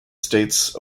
states